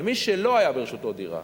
מי שלא היתה ברשותו דירה